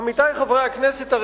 עמיתי חברי הכנסת,